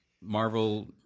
Marvel